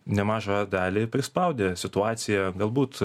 nemažą dalį prispaudė situacija galbūt